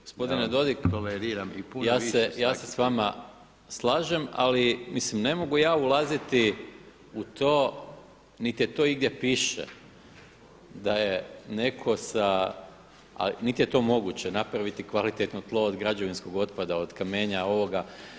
Gospodine Dodig, ja se sa vama slažem, ali mislim ne mogu ja ulaziti u to niti to igdje piše da je netko sa, niti je to moguće napraviti kvalitetno tlo od građevinskog otpada, od kamenja ovoga.